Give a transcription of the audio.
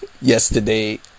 yesterday